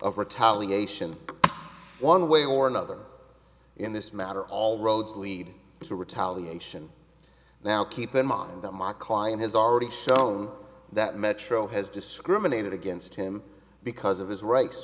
of retaliation one way or another in this matter all roads lead to retaliation now keep in mind that my client has already shown that metro has discriminated against him because of his rights